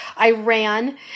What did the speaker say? Iran